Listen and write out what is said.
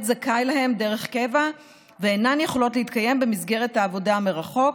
זכאי להן דרך קבע ואינן יכולות להתקיים במסגרת העבודה מרחוק,